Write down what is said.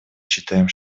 считаем